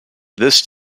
this